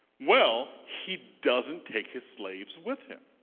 well, he doesn't take his slaves with him.